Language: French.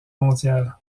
mondiale